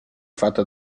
fatta